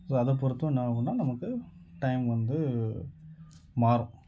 so அதை பொருத்தும் நமக்கு டைம் வந்து மாறும்